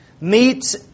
meets